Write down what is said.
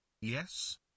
Yes